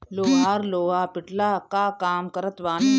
लोहार लोहा पिटला कअ काम करत बाने